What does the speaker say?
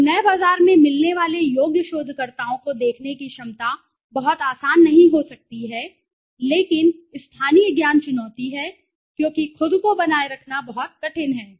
तो नए बाजार में मिलने वाले योग्य शोधकर्ताओं को देखने की क्षमता बहुत आसान नहीं हो सकती है लेकिन स्थानीय ज्ञान चुनौती है क्योंकि खुद को बनाए रखना बहुत कठिन है